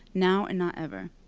now and not ever.